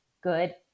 good